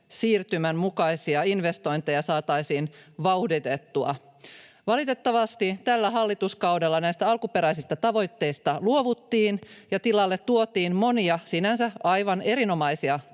siirtymän mukaisia investointeja, saataisiin vauhditettua. Valitettavasti tällä hallituskaudella näistä alkuperäisistä tavoitteista luovuttiin ja tilalle tuotiin monia, sinänsä aivan erinomaisia,